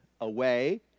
away